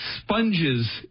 sponges